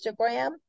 Instagram